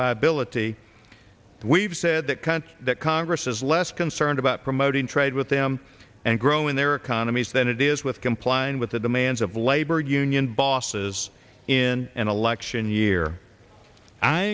viability we've said that cunt that congress is less concerned about promoting trade with them and growing their economies than it is with complying with the demands of labor union bosses in an election year